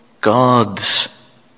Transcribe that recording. God's